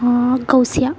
Ghousia